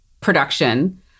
production